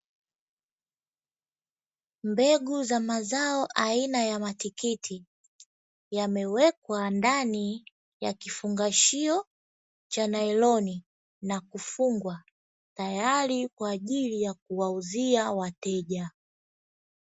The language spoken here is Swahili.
Mbegu za mazao aina ya matikiti yamewekwa ndani ya kifungashio cha nailoni na kufungwa tayari kwa ajili ya kuwauzia wateja.